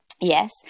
Yes